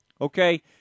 okay